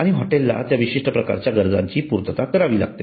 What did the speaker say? आणि हॉटेलला त्या विशिष्ट प्रकारच्या गरजांची पूर्तता करावी लागते